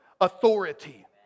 authority